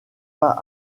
pas